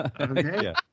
okay